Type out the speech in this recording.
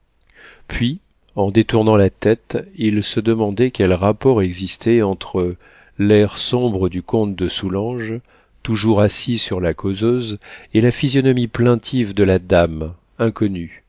puis en détournant la tête il se demandait quel rapport existait entre l'air sombre du comte de soulanges toujours assis sur la causeuse et la physionomie plaintive de la dame inconnue